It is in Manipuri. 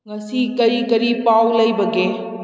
ꯉꯁꯤ ꯀꯔꯤ ꯀꯔꯤ ꯄꯥꯎ ꯂꯩꯕꯒꯦ